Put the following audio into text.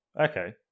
Okay